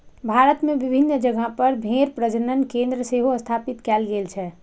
भारत मे विभिन्न जगह पर भेड़ प्रजनन केंद्र सेहो स्थापित कैल गेल छै